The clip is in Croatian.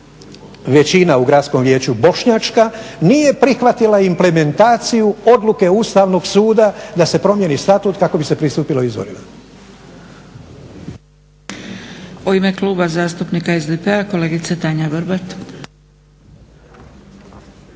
većina u Gradskom vijeću Bošnjačka nije prihvatila implementaciju odluke Ustavnog suda da se promijeni statut kako bi se pristupilo izborima.